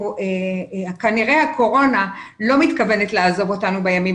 כנראה שהקורונה לא מתכוונת לעזוב אותנו בימים